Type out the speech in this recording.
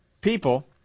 People